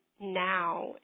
now